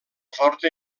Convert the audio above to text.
forta